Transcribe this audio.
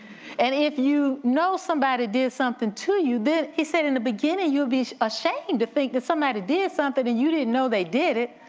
and if you know somebody did something to you, then he said in the beginning, you'd be ashamed to think that somebody did something and you didn't know they did it.